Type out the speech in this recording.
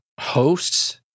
hosts